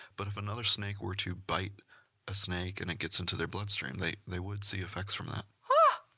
but if another snake were to bite a snake and it gets into their bloodstream they they would see effects from that. wow,